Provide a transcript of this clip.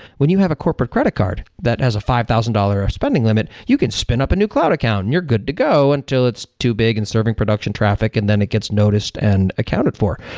when you have a corporate credit card that has a five hundred thousand dollars spending limit, you can spin up a new cloud account and you're good to go until it's too big and serving production traffic and then it gets noticed and accounted for.